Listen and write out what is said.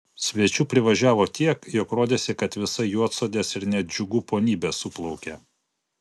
svečių privažiavo tiek jog rodėsi kad visa juodsodės ir net džiugų ponybė suplaukė